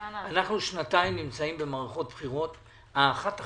אנחנו נמצאים במערכות בחירות כבר